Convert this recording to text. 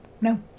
No